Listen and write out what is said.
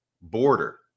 border